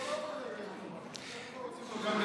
גם לבית,